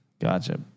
Gotcha